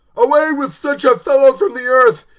away with such a fellow from the earth!